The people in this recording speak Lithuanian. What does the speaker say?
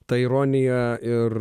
ta ironija ir